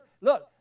look